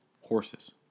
Horses